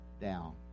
down